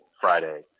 Friday